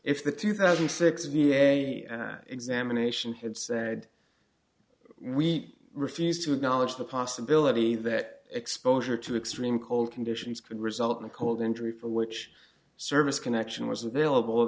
if the two thousand and six examination had said we refuse to acknowledge the possibility that exposure to extreme cold conditions could result in a cold injury for which service connection was available